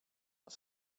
els